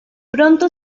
pronto